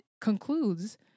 concludes